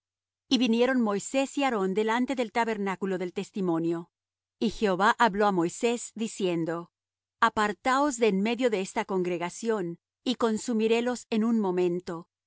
y vinieron moisés y aarón delante del tabernáculo del testimonio y jehová habló á moisés diciendo apartaos de en medio de esta congregación y consumirélos en un momento y